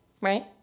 right